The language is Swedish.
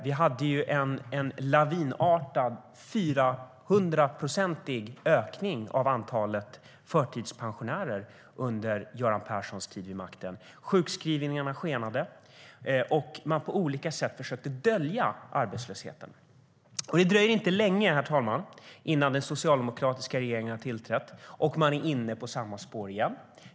Vi hade en lavinartad 400-procentig ökning av antalet förtidspensionärer under Göran Perssons tid vid makten. Sjukskrivningarna skenade, och man försökte på olika sätt dölja arbetslösheten. Herr talman! Det dröjer inte länge efter att den socialdemokratiska regeringen har tillträtt så är man inne på samma spår igen.